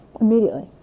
Immediately